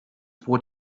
brot